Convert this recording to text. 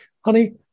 honey